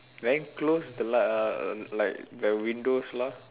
wearing clothes the lah like the windows lah